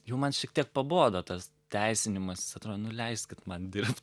jau man šiek tiek pabodo tas teisinimasis atrodo nu leiskit man dirbt